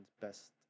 best